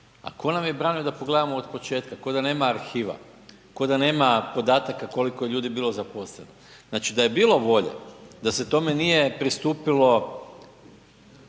A tko nam je branio da pogledamo od početka, kao da nema arhiva. Kao da nema podataka koliko je ljudi bilo zaposleno. Znači, da je bilo volje, da se tome nije pristupilo